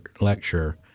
lecture